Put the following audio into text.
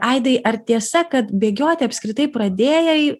aidai ar tiesa kad bėgioti apskritai pradėjai